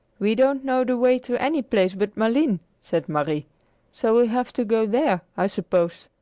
we don't know the way to any place but malines, said marie so we'll have to go there, i suppose.